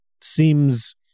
seems